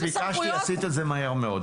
עשית את זה מהר מאוד,